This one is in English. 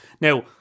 Now